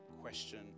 question